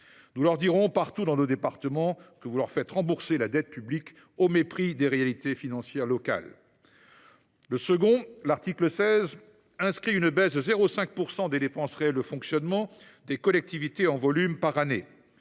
Nous leur dirons, partout dans nos départements, que vous leur faites rembourser la dette publique au mépris des réalités financières locales. Le second, l’article 16, inscrit une baisse de 0,5 % des dépenses réelles de fonctionnement des collectivités en volume par année.